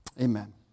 amen